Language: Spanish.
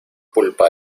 pulpa